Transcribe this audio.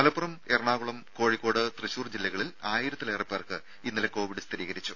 മലപ്പുറം എറണാകുളം കോഴിക്കോട് തൃശൂർ ജില്ലകളിൽ ആയിരത്തിലേറെ പേർക്ക് ഇന്നലെ കോവിഡ് സ്ഥിരീകരിച്ചു